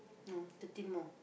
no thirteen more